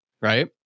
Right